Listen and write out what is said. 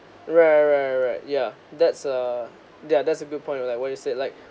right right right yeah that's a yeah that's a good point like what you said like